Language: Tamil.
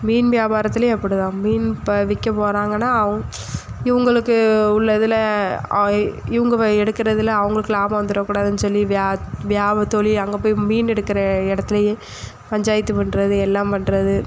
மீன் வியாபாரத்துலையும் அப்படிதான் மீன் இப்போ விற்க போகறாங்கன்னா அவங் இவங்களுக்கு உள்ளதில் இவங்க எடுக்கறதில் அவங்களுக்கு லாபம் வந்துவிடக்கூடாதுன்னு சொல்லி வியா வியாபா தொழில் அங்கே போய் மீன் எடுக்கிற இடத்துலையே பஞ்சாயத்து பண்ணுறது எல்லாம் பண்ணுறது